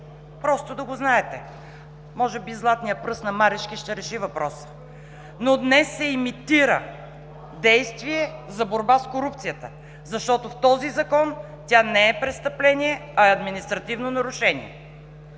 Просто да го знаете! Може би златният пръст на Марешки ще реши въпроса, но днес се имитира действие за борба с корупцията, защото в този Закон тя не е престъпление, а е административно нарушение.